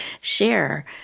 share